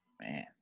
Man